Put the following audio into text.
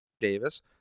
Davis